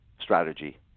strategy